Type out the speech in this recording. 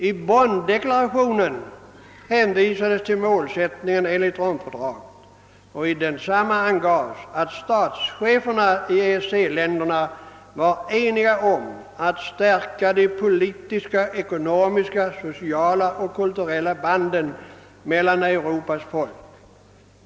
I Bonndeklarationen hänvisades till målsättningen enligt Romfördraget, och i densamma angavs att statscheferna i EEC-länderna vore eniga om att stärka de politiska, ekonomiska, sociala och kulturella banden mellan Europas folk.